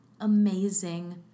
amazing